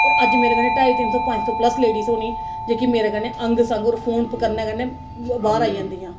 होर अज्ज मेरे कन्नै ढाई तिन सौ पंज सौ प्लस लेडीज होनी जेह्की मेरे कन्नै अंग संग रसोन कन्नै कन्नै बाह्र आई जंदियां